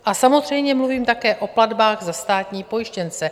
A samozřejmě mluvím také o platbách za státní pojištěnce.